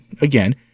again